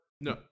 No